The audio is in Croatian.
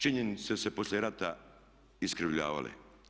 Činjenice su se poslije rata iskrivljavale.